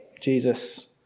Jesus